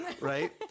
Right